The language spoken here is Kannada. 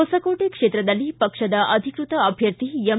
ಹೊಸಕೋಟೆ ಕ್ಷೇತ್ರದಲ್ಲಿ ಪಕ್ಷದ ಅಧಿಕೃತ ಅಭ್ಯರ್ಥಿ ಎಂ